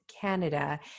Canada